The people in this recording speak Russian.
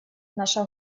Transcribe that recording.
наша